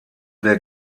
der